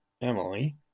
Emily